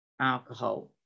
alcohol